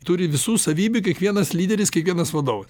turi visų savybių kiekvienas lyderis kiekvienas vadovas